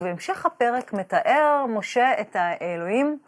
בהמשך הפרק מתאר משה את האלוהים.